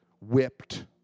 whipped